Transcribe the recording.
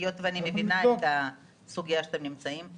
היות שאני מבינה את הסוגיה שאתם נמצאים בה,